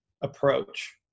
approach